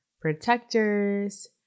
protectors